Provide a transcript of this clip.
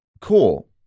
Cool